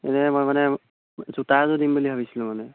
এনেই মই মানে জোতা এযোৰ দিম বুলি ভাবিছিলোঁ মানে